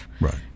right